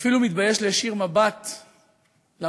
ואפילו מתבייש להישיר מבט למצלמות,